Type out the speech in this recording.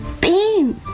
Beans